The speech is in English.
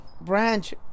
branch